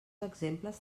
exemples